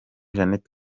jeannette